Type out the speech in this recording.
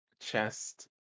chest